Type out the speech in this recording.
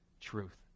truth